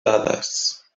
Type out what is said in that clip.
dades